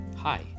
Hi